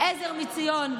עזר מציון,